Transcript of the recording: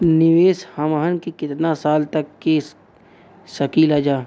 निवेश हमहन के कितना साल तक के सकीलाजा?